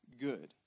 good